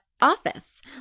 office